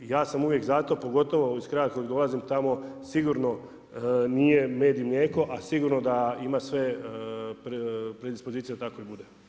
Ja sam uvijek za to pogotovo iz kraja iz kojeg dolazim tamo sigurno nije med i mlijeko, a sigurno da ima sve predispozicije da tako i bude.